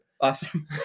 awesome